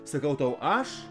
sakau tau aš